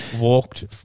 walked